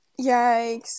Yikes